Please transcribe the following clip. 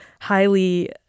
highly